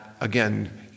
again